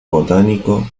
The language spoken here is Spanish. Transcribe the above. botánico